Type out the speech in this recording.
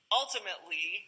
ultimately